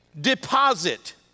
deposit